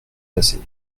passer